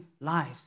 lives